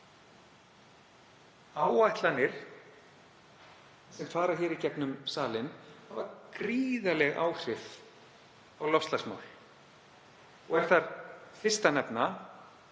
Áætlanir sem fara hér í gegnum salinn hafa gríðarleg áhrif á loftslagsmál. Er þar fyrst að nefna